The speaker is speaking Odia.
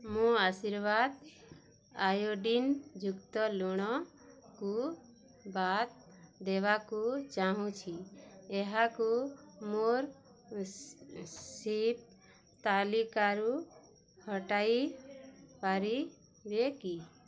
ମୁଁ ଆଶୀର୍ବାଦ ଆୟୋଡ଼ିନ୍ ଯୁକ୍ତ ଲୁଣକୁ ବାଦ୍ ଦେବାକୁ ଚାହୁଁଛି ଏହାକୁ ମୋର ସପିଂ ତାଲିକାରୁ ହଟାଇ ପାରିବେ କି